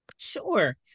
Sure